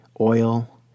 Oil